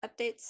updates